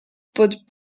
put